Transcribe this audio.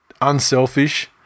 Unselfish